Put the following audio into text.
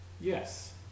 Yes